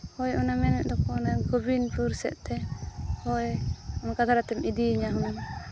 ᱦᱳᱭ ᱚᱱᱟ ᱢᱮᱱᱮᱫ ᱫᱚᱠᱚ ᱚᱱᱟ ᱜᱩᱵᱤᱱᱯᱩᱨ ᱥᱮᱫ ᱛᱮ ᱦᱳᱭ ᱚᱱᱠᱟ ᱫᱷᱟᱨᱮ ᱛᱮᱢ ᱤᱫᱤᱭᱤᱧᱟᱹ ᱦᱩᱱᱟᱹᱝ